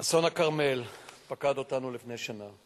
אסון הכרמל פקד אותנו לפני שנה,